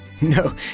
No